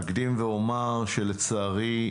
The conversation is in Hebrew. אקדים ואומר שלצערי,